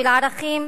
לערכים,